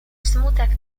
smutek